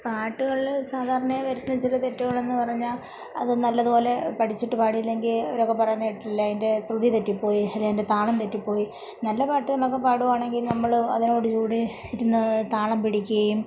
പാട്ടുകൾ സാധാരണയായി വരുത്തുന്ന ചില തെറ്റുകൾ എന്നു പറഞ്ഞാൽ അതു നല്ലതുപോലെ പഠിച്ചിട്ട് പാടിയില്ലെങ്കിൽ അവരൊക്കെ പറയുന്നതു കേട്ടിട്ടില്ലേ അതിൻ്റെ ശ്രുതി തെറ്റിപ്പോയി അല്ലേ അതിൻ്റെ താളം തെറ്റിപ്പോയി നല്ല പാട്ടുകളൊക്കെ പാടുകയാണെങ്കിൽ നമ്മൾ അതിനോടു കൂടി ഇരുന്നു താളം പിടിക്കയും